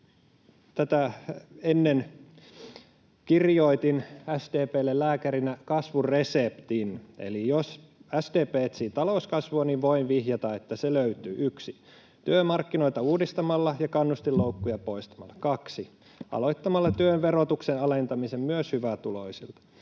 Tätä ennen kirjoitin SDP:lle lääkärinä kasvun reseptin, eli jos SDP etsii talouskasvua, niin voin vihjata, että se löytyy 1) työmarkkinoita uudistamalla ja kannustinloukkuja poistamalla, 2) aloittamalla työn verotuksen alentamisen myös hyvätuloisilta